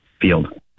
field